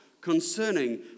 concerning